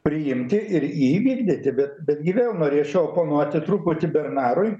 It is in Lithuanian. priimti ir jį įvykdyti bet bet gi vėl norėčiau oponuoti truputį bernarui